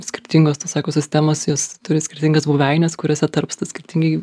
skirtingos tos ekosistemos jos turi skirtingas buveines kuriose tarpsta skirtingai